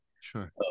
Sure